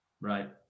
right